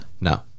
No